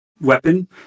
weapon